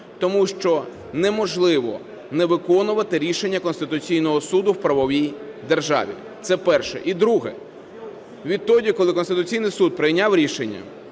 тому що неможливо не виконувати рішення Конституційного Суду в правовій державі. Це перше. І друге. Відтоді, коли Конституційний Суд прийняв рішення